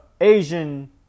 Asian